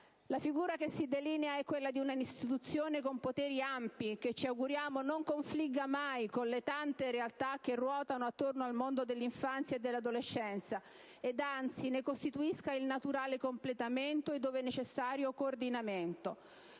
La figura che si delinea è quella di una istituzione con poteri ampi che - ci auguriamo - non confligga mai con le tante realtà che ruotano attorno al mondo dell'infanzia e dell'adolescenza, ed anzi ne costituisca il naturale completamento e, dove necessario, coordinamento.